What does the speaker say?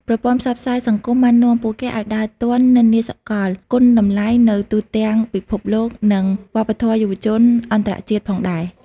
ប្រព័ន្ធផ្សព្វផ្សាយសង្គមបាននាំពួកគេឱ្យដើរទាន់និន្នាសកល គុណតម្លៃនៅទូទាំងពិភពលោក និងវប្បធម៌យុវជនអន្តរជាតិផងដែរ។